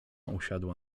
usiadła